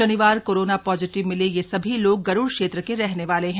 शनिवार corona positive मिले यह सभी लोग गरूड़ क्षेत्र के रहने वाले है